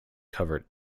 covered